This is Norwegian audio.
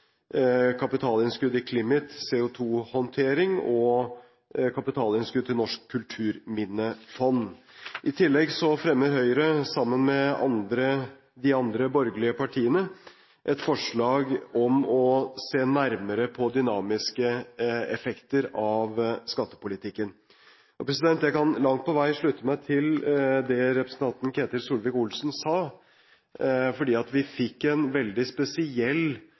kapitalinnskudd i CLIMIT, CO2-håndtering og kapitalinnskudd til Norsk kulturminnefond. I tillegg fremmer Høyre sammen med de andre borgerlige partiene et forslag om å se nærmere på dynamiske effekter av skattepolitikken. Jeg kan langt på vei slutte meg til det representanten Ketil Solvik-Olsen sa, fordi vi fikk en veldig spesiell